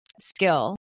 skill